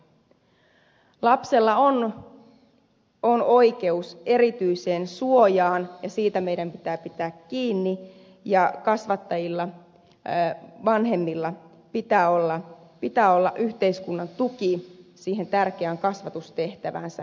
lapsella on oikeus erityiseen suojaan ja siitä meidän pitää pitää kiinni ja kasvattajilla vanhemmilla pitää olla yhteiskunnan tuki siihen tärkeään kasvatustehtäväänsä ja esimerkkiin